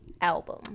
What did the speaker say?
album